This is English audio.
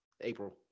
April